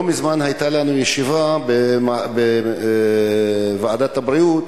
לא מזמן היתה לנו ישיבה בוועדת הבריאות,